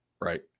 Right